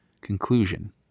Conclusion